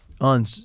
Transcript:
on